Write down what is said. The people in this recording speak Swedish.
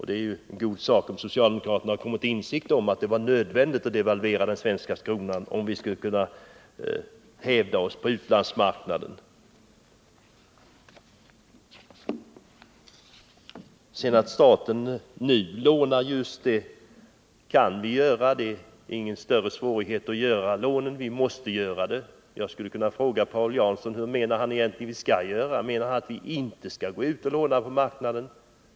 Det är ju en god sak om socialdemokraterna har kommit till insikt om att det var nödvändigt att devalvera den svenska kronan, om vi skulle kunna hävda oss på utlandsmarknaden. Staten lånar just nu. Det kan vi göra. Det möter inga större svårigheter att ta upp de lånen, och vi måste göra det. Jag skulle kunna fråga Paul Jansson hur han egentligen menar att vi skall göra. Menar han att vi inte skall gå ut och låna på utlandsmarknaden?